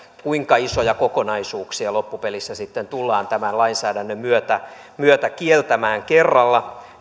kuinka isoja kokonaisuuksia loppupelissä sitten tullaan tämän lainsäädännön myötä myötä kieltämään kerralla